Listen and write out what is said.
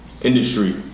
Industry